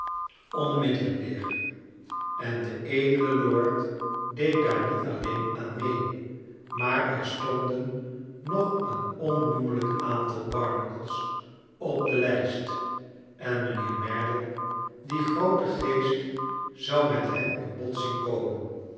dellijk wear en de edele lord deed daar niet alleen aan mee maar er stonden nog een onnoemlijk aantal barnacles op de lijst en mijnheer merdle die groote geest zon met hen in botsing komen